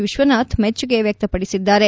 ವಿಶ್ವನಾಥ್ ಮೆಚ್ಚುಗೆ ವ್ಯಕ್ತಪಡಿಸಿದ್ದಾರೆ